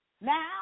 Now